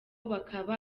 bakaba